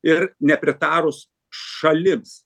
ir nepritarus šalims